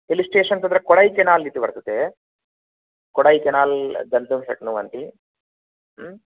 hill station तत्र कोडैकेनाल् इति वर्तते कोडैकेनाल् गन्तुं शक्नुवन्ति